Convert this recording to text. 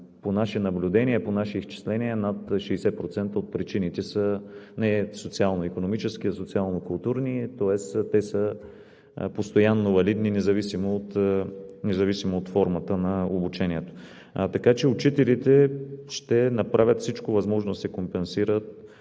по наши наблюдения, по наши изчисления над 60% от причините са не социално-икономически, а социално-културни, тоест те са постоянно валидни, независимо от формата на обучението. Учителите ще направят всичко възможно да се компенсират